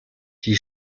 die